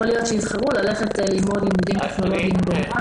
להיות שיבחרו ללכת ללמוד לימודים טכנולוגיים במה"ט.